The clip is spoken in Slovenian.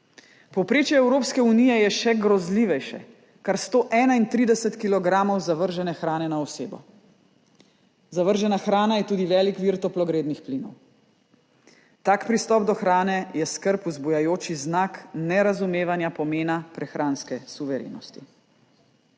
Povprečje Evropske unije je še grozljivejše, kar 131 kg zavržene hrane na osebo. Zavržena hrana je tudi velik vir toplogrednih plinov. Tak pristop do hrane je skrb vzbujajoč znak nerazumevanja pomena prehranske suverenosti.